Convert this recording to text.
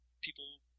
people